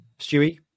Stewie